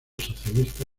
socialista